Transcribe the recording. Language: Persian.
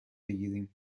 بگیریم